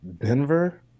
Denver